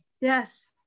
yes